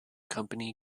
company